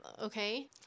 okay